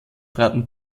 traten